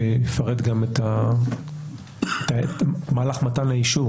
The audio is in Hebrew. שיפרט גם את מהלך מתן האישור,